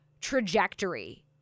trajectory